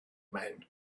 man